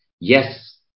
yes